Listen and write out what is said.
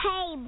Hey